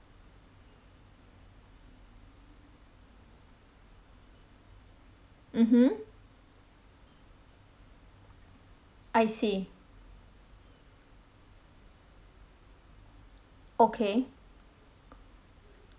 mmhmm I see okay